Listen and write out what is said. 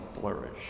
flourish